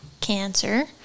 cancer